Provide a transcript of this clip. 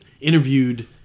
interviewed